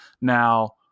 Now